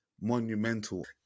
monumental